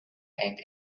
and